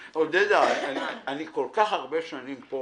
--- עודדה, אני כל כך הרבה שנים פה